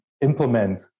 implement